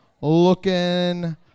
looking